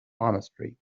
monastery